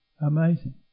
amazing